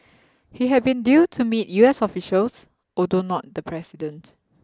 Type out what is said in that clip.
he had been due to meet U S officials although not the president